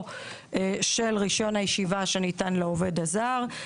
של רישיון הישיבה שניתן לעובד הזר.